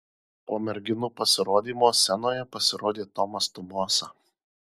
po merginų pasirodymo scenoje pasirodė tomas tumosa